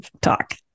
talk